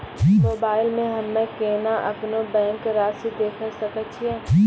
Mobile मे हम्मय केना अपनो बैंक रासि देखय सकय छियै?